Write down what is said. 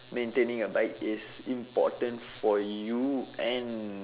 maintaining a bike is important for you and